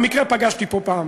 במקרה פגשתי בו פעם.